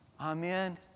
Amen